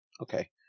okay